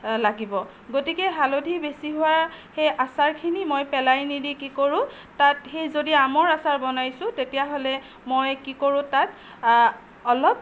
লাগিব গতিকে হালধি বেছি হোৱা সেই আচাৰখিনি মই পেলাই নিদি কি কৰোঁ তাত সেই যদি আমৰ আচাৰ বনাইছোঁ তেতিয়াহ'লে মই কি কৰোঁ তাত অলপ